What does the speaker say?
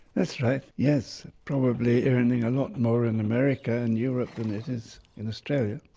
that's right, yes, probably earning a lot more in america and europe than it is in australia.